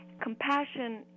Compassion